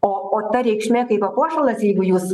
o o ta reikšmė kaip papuošalas jeigu jūs